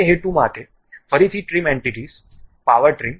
તે હેતુ માટે ફરીથી ટ્રીમ એન્ટિટીઝ પાવર ટ્રીમ